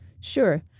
Sure